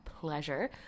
pleasure